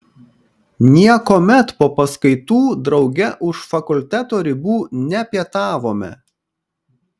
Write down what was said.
niekuomet po paskaitų drauge už fakulteto ribų nepietavome